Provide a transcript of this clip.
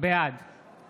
בעד